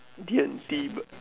D_N_T but